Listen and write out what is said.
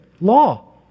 law